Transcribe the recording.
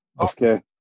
Okay